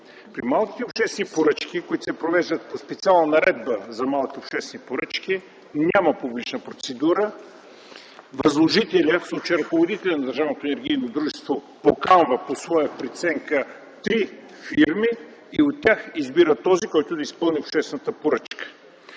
При малките обществени поръчки, които се провеждат по специална Наредба за малки обществени поръчки, няма публична процедура. Възложителят, в случая ръководителят на държавното енергийно дружество, поканва по своя преценка три фирми и от тях избира този, който да изпълни обществената поръчка.